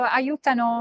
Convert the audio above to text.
aiutano